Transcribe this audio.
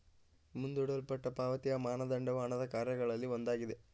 ಮುಂದೂಡಲ್ಪಟ್ಟ ಪಾವತಿಯ ಮಾನದಂಡವು ಹಣದ ಕಾರ್ಯಗಳಲ್ಲಿ ಒಂದಾಗಿದೆ